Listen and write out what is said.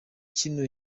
kino